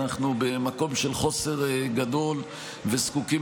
אנחנו במקום של חוסר גדול וזקוקים